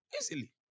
Easily